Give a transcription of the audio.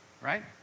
right